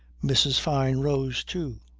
mrs. fyne rose too,